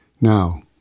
Now